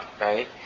right